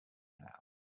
canal